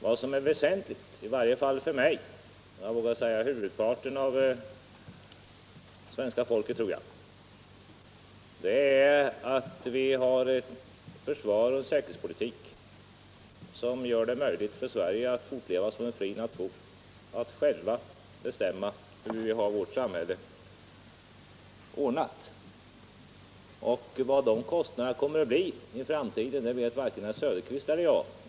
Vad som är väsentligt, i varje fall för mig och jag vågar säga huvudparten av svenska folket, är att vi har ett försvar och en säkerhetspolitik som gör det möjligt för Sverige att fortleva som en fri nation och för oss själva att bestämma hur vi vill ha vårt samhälle ordnat. Vilka kostnaderna för det kommer att bli i framtiden vet varken herr Söderqvist eller jag.